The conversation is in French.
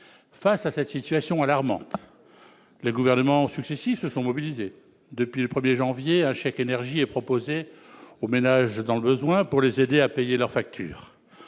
Face à cette situation alarmante, les gouvernements successifs se sont mobilisés. Depuis le 1 janvier, un chèque énergie est proposé aux ménages dans le besoin pour les aider à payer leurs factures,